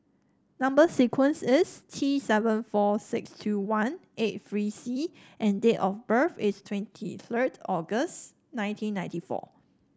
number sequence is T seven four six two one eight three C and date of birth is twenty third August nineteen ninety four